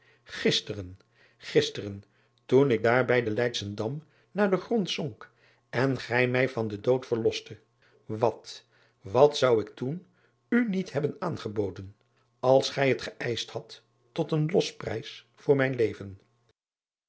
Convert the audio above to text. gisteren toen ik daar bij den eydschendam naar den grond zonk en gij mij van den dood verloste wat wat zou ik toen u niet hebben aangeboden als gij het geëischt hadt tot een losprijs voor mijn leven